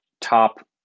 top